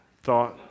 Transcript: thought